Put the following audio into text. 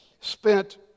spent